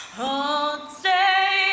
oh say